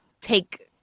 take